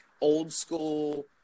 old-school